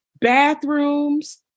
bathrooms